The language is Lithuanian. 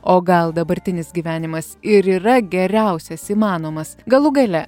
o gal dabartinis gyvenimas ir yra geriausias įmanomas galų gale